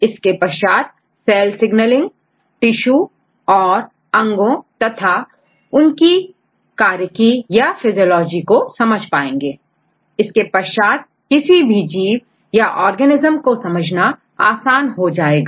इसके पश्चात cell signalling ऊतकtissues और अंगोंorgans तथा कीphysiological systemको समझ पाएंगे इसके पश्चात किसी भी जीवorganismको समझना आसान हो जाएगा